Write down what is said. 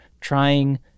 trying